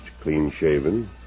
clean-shaven